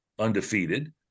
undefeated